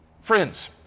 Friends